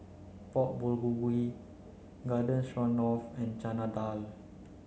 Pork Bulgogi Garden Stroganoff and Chana Dal